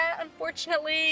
unfortunately